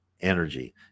energy